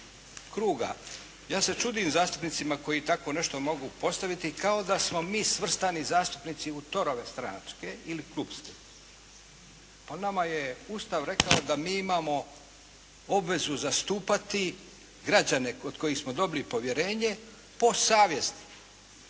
ja se čudim zastupnicima koji tako nešto mogu postaviti kao da smo mi svrstani zastupnici u torove stranačke ili klubske. Nama je Ustav rekao da mi imamo obvezu zastupati građane od kojih smo dobili povjerenje po savjesti.